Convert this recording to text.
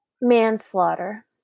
manslaughter